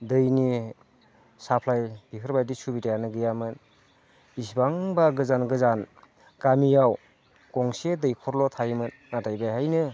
दैनि साफ्लाय बेफोरबायदि सुबिदायानो गैयामोन बिसिबांबा गोजान गोजान गामियाव गंसे दैखरल' थायोमोन नाथाय बेहायनो